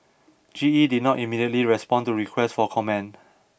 G E did not immediately respond to requests for comment